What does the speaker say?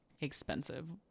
expensive